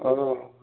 ও